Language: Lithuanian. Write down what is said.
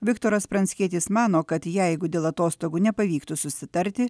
viktoras pranckietis mano kad jeigu dėl atostogų nepavyktų susitarti